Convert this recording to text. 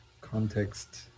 context